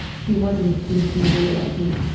he wasn't thinking at all i think.